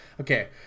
Okay